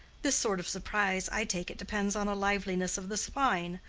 this sort of surprise, i take it, depends on a liveliness of the spine,